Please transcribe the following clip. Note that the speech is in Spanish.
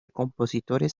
compositores